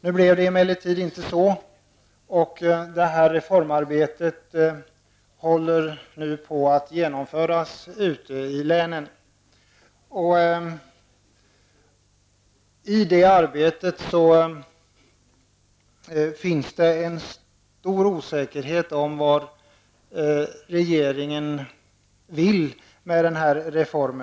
Det blev emellertid inte så, men nu håller detta reformarbete på att genomföras ute i länen. I detta arbete råder en stor osäkerhet om vad regeringen har för syfte med denna reform.